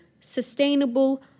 sustainable